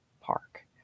Park